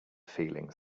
feelings